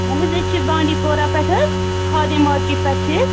اَہَن حظ أسۍ چھِ بانٛڈی پورا پٮ۪ٹھ حظ کھادی مارکیٹ پٮ۪ٹھ چھِ أسۍ